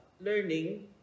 learning